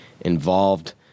involved